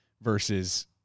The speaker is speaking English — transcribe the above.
versus